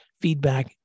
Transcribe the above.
feedback